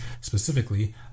specifically